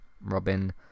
Robin